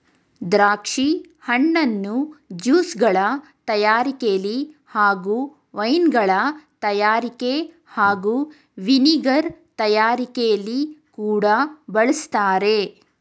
ದ್ರಾಕ್ಷಿ ಹಣ್ಣನ್ನು ಜ್ಯೂಸ್ಗಳ ತಯಾರಿಕೆಲಿ ಹಾಗೂ ವೈನ್ಗಳ ತಯಾರಿಕೆ ಹಾಗೂ ವಿನೆಗರ್ ತಯಾರಿಕೆಲಿ ಕೂಡ ಬಳಸ್ತಾರೆ